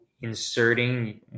inserting